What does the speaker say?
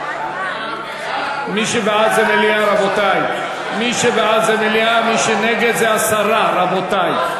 מי שבעד זה מליאה, מי שנגד זה הסרה, רבותי.